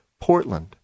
Portland